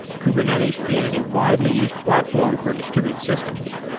kubernetes created a widely used platform for distributed systems.